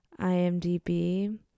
IMDb